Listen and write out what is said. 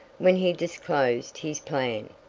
when he disclosed his plan.